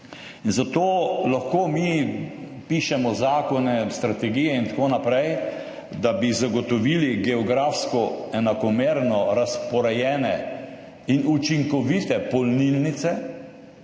In zato mi lahko pišemo zakone, strategije in tako naprej, da bi zagotovili geografsko enakomerno razporejene in učinkovite polnilnice,